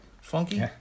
funky